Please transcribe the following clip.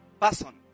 person